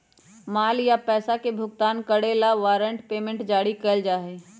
माल या पैसा के भुगतान करे ला वारंट पेमेंट जारी कइल जा हई